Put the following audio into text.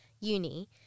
uni